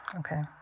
okay